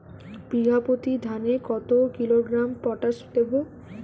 বিঘাপ্রতি ধানে কত কিলোগ্রাম পটাশ দেবো?